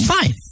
Fine